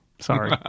sorry